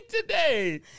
today